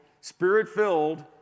spirit-filled